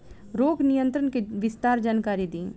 रोग नियंत्रण के विस्तार जानकारी दी?